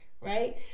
right